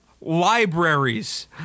libraries